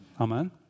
Amen